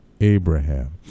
Abraham